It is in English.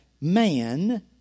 man